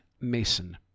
Mason